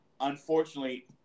unfortunately